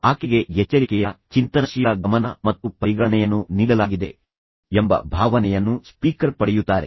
ಆಕೆಗೆ ಎಚ್ಚರಿಕೆಯ ಚಿಂತನಶೀಲ ಗಮನ ಮತ್ತು ಪರಿಗಣನೆಯನ್ನು ನೀಡಲಾಗಿದೆ ಎಂಬ ಭಾವನೆಯನ್ನು ಸ್ಪೀಕರ್ ಪಡೆಯುತ್ತಾರೆ